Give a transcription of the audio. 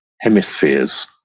hemispheres